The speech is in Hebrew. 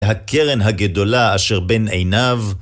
הקרן הגדולה אשר בין עיניו